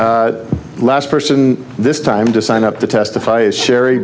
the last person this time to sign up to testify is sherry